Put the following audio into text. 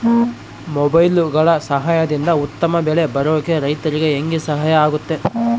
ಮೊಬೈಲುಗಳ ಸಹಾಯದಿಂದ ಉತ್ತಮ ಬೆಳೆ ಬರೋಕೆ ರೈತರಿಗೆ ಹೆಂಗೆ ಸಹಾಯ ಆಗುತ್ತೆ?